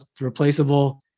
replaceable